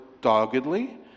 doggedly